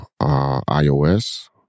iOS